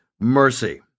mercy